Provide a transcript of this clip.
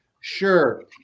Sure